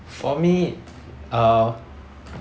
for me uh